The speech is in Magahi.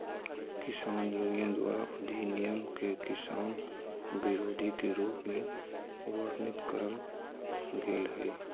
किसान यूनियन द्वारा अधिनियम के किसान विरोधी के रूप में वर्णित करल गेल हई